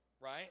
right